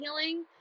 healing